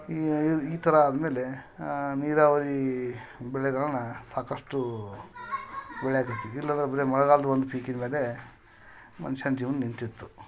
ಈ ಈ ಈ ಥರ ಆದಮೇಲೆ ನೀರಾವರಿ ಬೆಳೆಗಳನ್ನ ಸಾಕಷ್ಟು ಬೆಳೆಯಕತ್ತಿದ್ವಿ ಇಲ್ಲಾಂದ್ರೆ ಬರೀ ಮಳ್ಗಾಲ್ದ ಒಂದು ಪೀಕಿನ ಮೇಲೆ ಮನ್ಷ್ಯನ ಜೀವ್ನ ನಿಂತಿತ್ತು